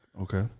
Okay